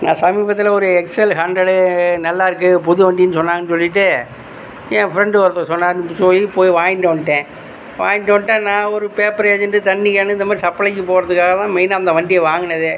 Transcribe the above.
நான் சமீபத்தில் ஒரு எக்ஸல் ஹண்ட்ரட்டு நல்லாருக்குது புது வண்டின்னு சொன்னாங்கனு சொல்லிட்டு என் ஃப்ரண்ட்டு ஒருத்தவர் சொன்னாருன்னு சோய் போய் வாங்கிட்டு வந்துடேன் வாங்கிட்டு வந்துடேன் நான் ஒரு பேப்பர் ஏஜென்டு தண்ணி கேனு இந்தமாதிரி சப்ளைக்கு போகிறதுக்காக மெயின்னாக அந்த வண்டியே வாங்கினதே